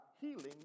healing